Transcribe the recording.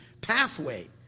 pathway